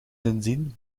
sindsdien